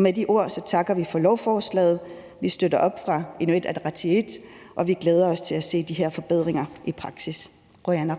Med de ord takker vi for lovforslaget. Vi støtter op om det i Inuit Ataqatigiit, og vi glæder os til at se de her forbedringer i praksis. Qujanaq.